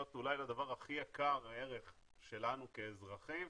אולי הדבר הכי יקר ערך שלנו כאזרחים,